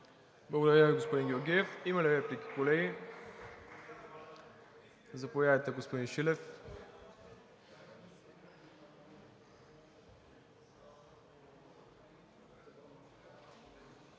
Благодаря Ви, господин Георгиев. Има ли реплики, колеги? Заповядайте, господин Шилев.